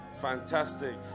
Fantastic